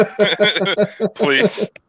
please